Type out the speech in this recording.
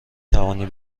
توانی